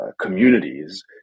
communities